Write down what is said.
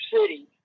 City